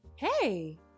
Hey